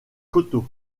coteaux